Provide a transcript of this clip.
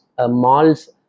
malls